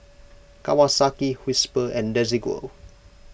Kawasaki Whisper and Desigual